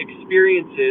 experiences